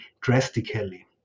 drastically